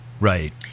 Right